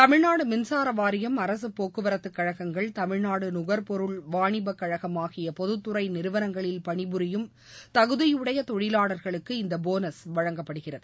தமிழ்நாடு மின்சார வாரியம் அரசு போக்குவரத்துக்கழகங்கள் தமிழ்நாடு நுகர்ப்பொருள் வாணிபக்கழகம் ஆகிய பொதுத்துறை நிறுவனங்களில் பணிபுரியும் தகுதியுடைய தொழிலாளர்களுக்கு இந்த போனஸ் வழங்கப்படுகிறது